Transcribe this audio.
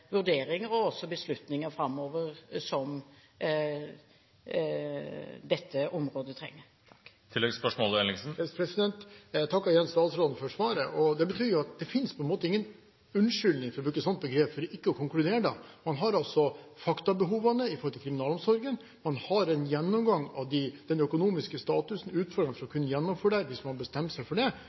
vurderinger og fatte de beslutninger framover som dette området trenger. Jeg takker igjen statsråden for svaret. Det betyr at da finnes det på en måte ingen unnskyldning – for å bruke et slikt begrep – for ikke å konkludere. Man har faktabehovene i kriminalomsorgen, man har en gjennomgang av den økonomiske statusen og utfordringene for å gjennomføre dette hvis man bestemmer seg for det.